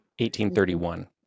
1831